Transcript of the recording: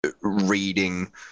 reading